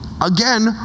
again